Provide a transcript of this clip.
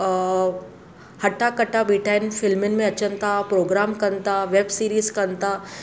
हट्टा कट्टा बीठा आहिनि फिल्मुनि में अचनि था प्रोग्राम कनि था वैब सिरीज़ कनि था